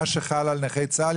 מה שחל על נכי צה"ל,